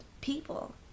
people